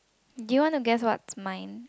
do you want to guess what's mine